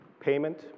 payment